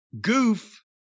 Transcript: goof